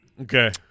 Okay